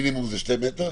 המינימום זה שני מטר?